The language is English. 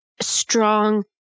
strong